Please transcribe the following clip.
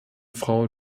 frau